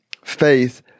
faith